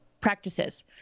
practices